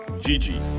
Gigi